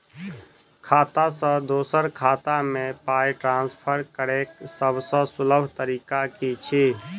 खाता सँ दोसर खाता मे पाई ट्रान्सफर करैक सभसँ सुलभ तरीका की छी?